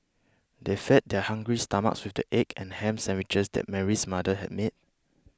they fed their hungry stomachs with the egg and ham sandwiches that Mary's mother had made